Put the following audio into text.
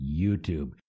YouTube